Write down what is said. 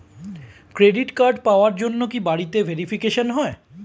Credit card পাওয়ার জন্য কি বাড়িতে ভেরিফিকেশন হয়?